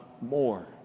more